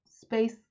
space